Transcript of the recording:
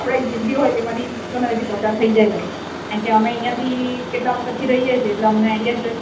આપણે ગિરદી હોય તેમાંથી ગમે ત્યાંથી પસાર થઈ જશે કેમ કે અમે અહિયાથી કેટલા વખતથી રહીએ છે અમને આઇડિયા જ હોય